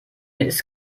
ist